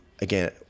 Again